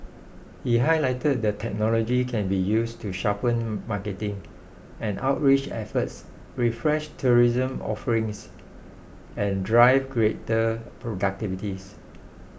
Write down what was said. he highlighted that technology can be used to sharpen marketing and outreach efforts refresh tourism offerings and drive greater productivities